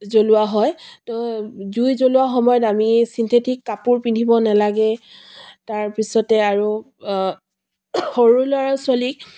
জ্বলোৱা হয় তো জুই জ্বলোৱা সময়ত আমি ছিন্থেটিক কাপোৰ পিন্ধিব নেলাগে তাৰপিছতে আৰু সৰু ল'ৰা ছোৱালীক